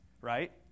Right